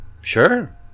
Sure